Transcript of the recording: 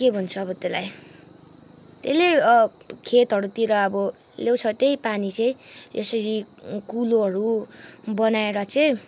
के भन्छ अब त्यसलाई त्यसले खेतहरूतिर अब ल्याउँछ त्यही पानी चाहिँ यसरी कुलोहरू बनाएर चाहिँ